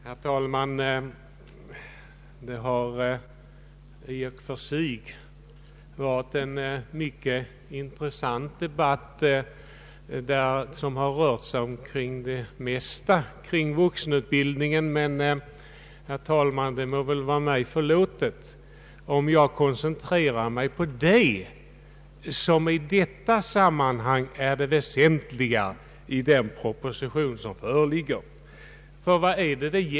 Herr talman! Det har i och för sig varit en mycket intressant debatt, som rört sig kring det mesta i vuxenutbildningen. Det må emellertid vara mig förlåtet om jag koncentrerar mig på det som är det väsentliga i föreliggande proposition. Vad är det saken gäller?